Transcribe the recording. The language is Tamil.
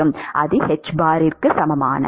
அது க்கு சமமான Ts T∞ ஆக உள்ளது